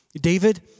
David